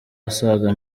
asaga